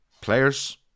players